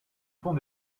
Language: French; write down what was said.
pont